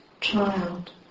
child